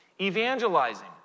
Evangelizing